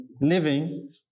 living